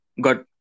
Got